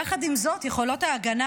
יחד עם זאת, יכולות ההגנה